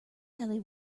ellie